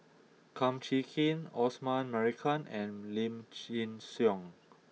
Kum Chee Kin Osman Merican and Lim Chin Siong